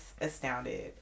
astounded